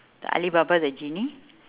the alibaba the genie